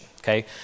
Okay